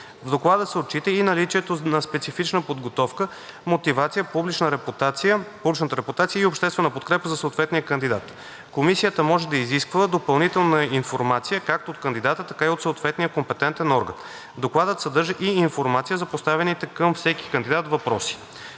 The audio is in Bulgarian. В доклада се отчита и наличието на специфична подготовка, мотивацията, публичната репутация и обществена подкрепа за съответния кандидат. Комисията може да изисква допълнителна информация както от кандидата, така и от съответния компетентен орган. Докладът съдържа и информация за поставените към всеки кандидат въпроси,